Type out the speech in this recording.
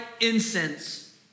incense